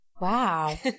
Wow